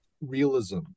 realism